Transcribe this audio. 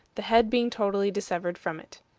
the head being totally dissevered from it.